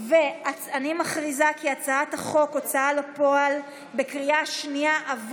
אני מכריזה כי הצעת חוק ההוצאה לפועל עברה בקריאה שנייה.